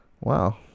Wow